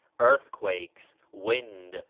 earthquakes, wind,